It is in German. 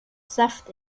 saft